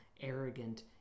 arrogant